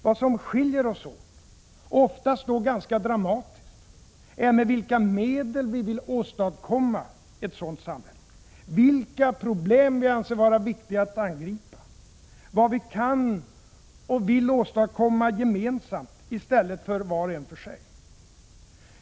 Vad som skiljer oss åt — och oftast då ganska dramatiskt — är med vilka medel vi vill åstadkomma ett sådant samhälle, vilka problem vi anser vara viktiga att angripa, vad vi kan och vill åstadkomma gemensamt i stället för var och en för sig.